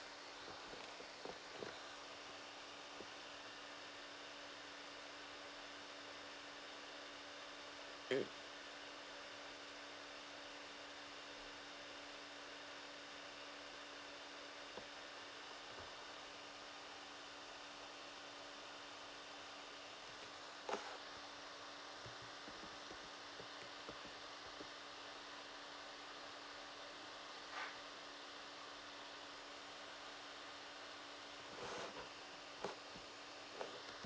mm